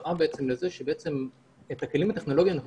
חזרה לזה שבעצם את הכלים הטכנולוגיים אנחנו